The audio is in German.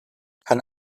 kann